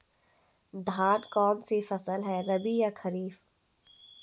धान कौन सी फसल है रबी या खरीफ?